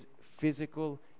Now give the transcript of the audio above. physical